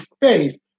faith